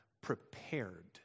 prepared